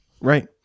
Right